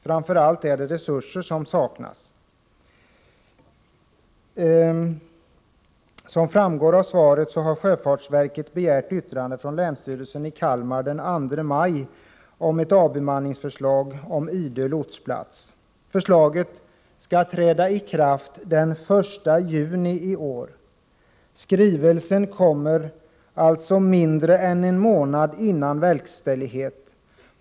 Framför allt är det resurser som saknas. Som framgår av svaret har sjöfartsverket begärt yttrande från länsstyrelsen i Kalmar län den 2 maj om ett förslag om avbemanning av Idö lotsplats. Förslaget skall träda i kraft den 1 juni i år. Skrivelsen kommer alltså mindre än en månad före verkställighet.